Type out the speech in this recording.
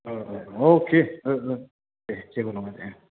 अखे दे जेबो नङा दे